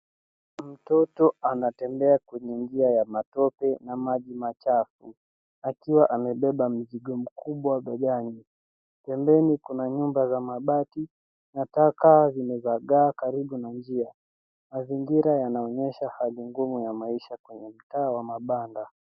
Mtoto anatembea kwenye njia ya matope na maji machafu. Akiwa amebeba mizigo mikubwa begani. Pembeni kuna nyumba za mabati na taka zimezagaa karibu na njia. Mazingira yanaonyesha hali ngumu ya maisha kwenye mtaa wa mabanda.